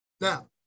Now